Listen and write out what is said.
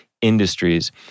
industries